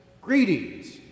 Greetings